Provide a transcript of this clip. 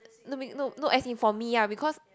no be~ no no as in for me ah because